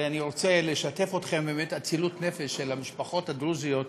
ואני רוצה לשתף אתכם באצילות הנפש של המשפחות הדרוזיות,